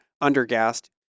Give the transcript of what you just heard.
under-gassed